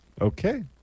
Okay